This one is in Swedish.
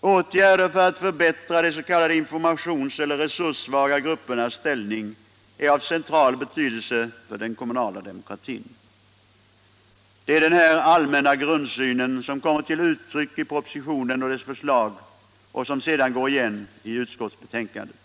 Åtgärder för att förbättra de s.k. informations eller resurssvaga gruppernas ställning är av central betydelse för den kommunala demokratin. Det är den här allmänna grundsynen som kommer till uttryck i propositionen och dess förslag och som sedan går igen i utskottsbetänkandet.